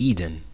Eden